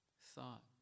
thought